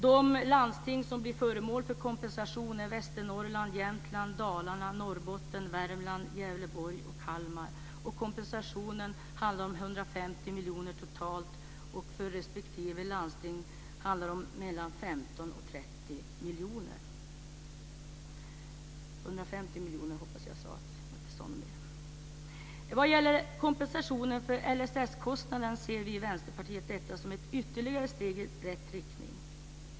De landsting som blir föremål för denna kompensation är Västernorrland, Jämtland, Dalarna, Norrbotten, Värmland, Gävleborg och Kalmar. Kompensationen är på 150 miljoner totalt och för respektive landsting handlar det om 15-30 miljoner. Beträffande kompensationen för LSS-kostnaderna ser vi i Vänsterpartiet denna som ett ytterligare steg i rätt riktning.